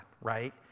right